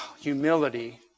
humility